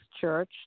church